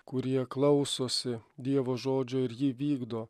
kurie klausosi dievo žodžio ir jį vykdo